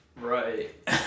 right